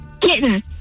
Kitten